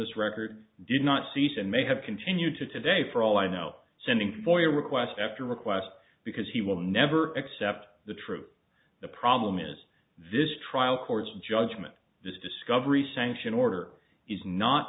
this record did not cease and may have continued to today for all i know sending for your request after request because he will never accept the truth the problem is this trial court's judgment this discovery sanction order is not